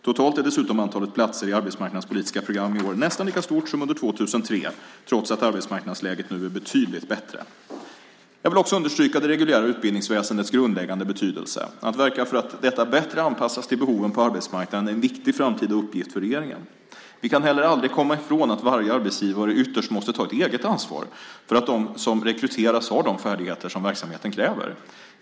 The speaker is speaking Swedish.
Totalt är dessutom antalet platser i arbetsmarknadspolitiska program i år nästan lika stort som under år 2003, trots att arbetsmarknadsläget nu är betydligt bättre. Jag vill också understryka det reguljära utbildningsväsendets grundläggande betydelse. Att verka för att detta bättre anpassas till behoven på arbetsmarknaden är en viktig framtida uppgift för regeringen. Vi kan heller aldrig komma ifrån att varje arbetsgivare ytterst måste ta ett eget ansvar för att de som rekryteras har de färdigheter som verksamheten kräver.